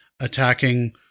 attacking